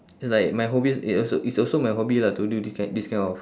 it's like my hobby it also it's also my hobby lah to do this kind this kind of